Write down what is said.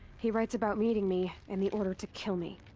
he writes about meeting me. and the order to kill me.